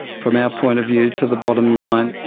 from our point of view, to the bottomline.